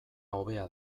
hobea